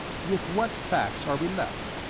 with what facts are we left?